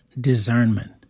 discernment